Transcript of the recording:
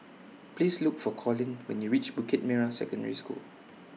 Please Look For Collin when YOU REACH Bukit Merah Secondary School